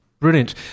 Brilliant